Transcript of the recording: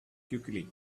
quickly